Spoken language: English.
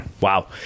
Wow